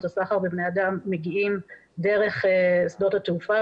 הסחר בבני אדם מגיעים דרך שדות התעופה,